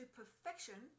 perfection